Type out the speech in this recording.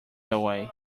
away